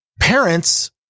parents